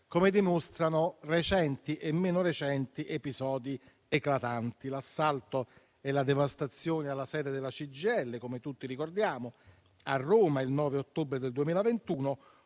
Lo dimostrano recenti e meno recenti episodi eclatanti, come l'assalto e la devastazione alla sede della CGIL a Roma, che tutti ricordiamo, il 9 ottobre del 2021,